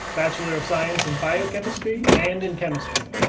bachelor of science in biochemistry and in chemistry.